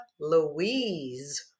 Louise